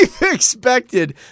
expected